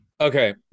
Okay